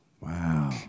Wow